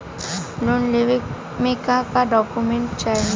Loan लेवे मे का डॉक्यूमेंट चाही?